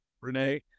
Renee